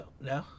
No